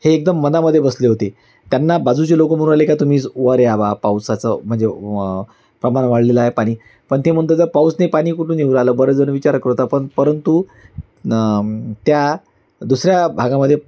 हे एकदम मनामध्ये बसले होते त्यांना बाजूचे लोकं म्हणू लागले का तुम्ही वर या बा पावसाचं म्हणजे व प्रमाण वाढलेलं आहे पाणी पण ते म्हणत तर पाऊसने पाणी कुठून येऊ राहिलं बरं जण विचार करता पण परंतु त्या दुसऱ्या भागामध्ये